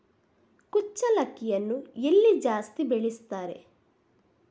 ಕುಚ್ಚಲಕ್ಕಿಯನ್ನು ಎಲ್ಲಿ ಜಾಸ್ತಿ ಬೆಳೆಸ್ತಾರೆ?